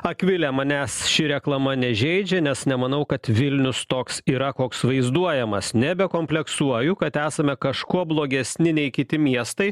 akvilė manęs ši reklama nežeidžia nes nemanau kad vilnius toks yra koks vaizduojamas nebekompleksuoju kad esame kažkuo blogesni nei kiti miestai